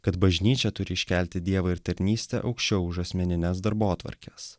kad bažnyčia turi iškelti dievą ir tarnystę aukščiau už asmenines darbotvarkes